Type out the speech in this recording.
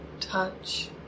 touch